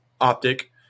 optic